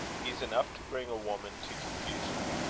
he's enough to bring a woman to confusion,